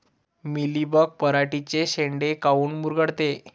Mealybug पराटीचे चे शेंडे काऊन मुरगळते?